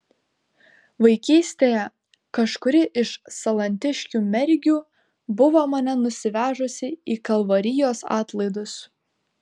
vaikystėje kažkuri iš salantiškių mergių buvo mane nusivežusi į kalvarijos atlaidus